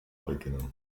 beginnen